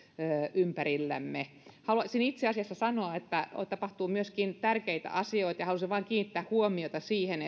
ympärillämme haluaisin itse asiassa sanoa että tapahtuu myöskin tärkeitä asioita ja haluaisin vain kiinnittää huomiota siihen